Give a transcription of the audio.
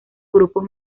grupos